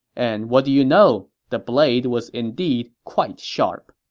and what do you know? the blade was indeed quite sharp.